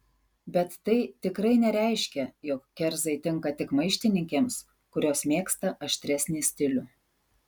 bet tai tikrai nereiškia jog kerzai tinka tik maištininkėms kurios mėgsta aštresnį stilių